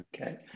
Okay